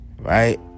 Right